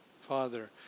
father